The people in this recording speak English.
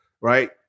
right